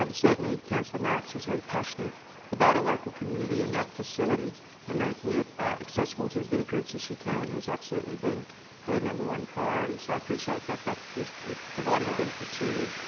um certainly, councillor marx is very passionate about her local community, and that facility and making it accessible to as many groups as she can has absolutely been her number one priority. so i appreciate that that is is providing a benefit to you.